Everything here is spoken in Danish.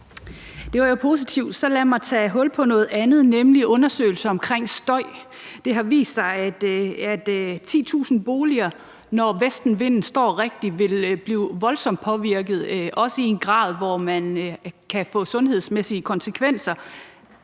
Det var jo positivt. Så lad mig tage hul på noget andet, nemlig undersøgelser omkring støj. Det har vist sig, at 10.000 boliger, når vestenvinden står rigtigt, vil blive voldsomt påvirket, også i en grad, hvor det kan få sundhedsmæssige konsekvenser.